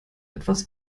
etwas